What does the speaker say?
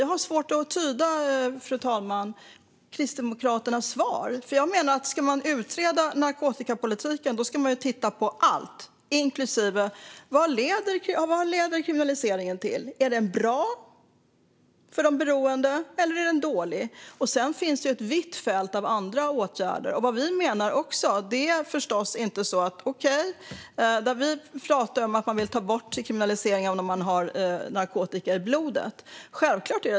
Jag har svårt att tyda Kristdemokraternas svar, fru talman. Om man ska utreda narkotikapolitiken ska man enligt mig titta på allt, till exempel vad kriminaliseringen leder till. Är den bra eller dålig för de beroende? Sedan finns det ett vitt fält av andra åtgärder. Vi menar självklart att det ska hända något mer om man tar bort kriminaliseringen när någon har narkotika i blodet.